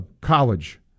college